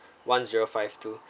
one zero five two